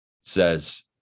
says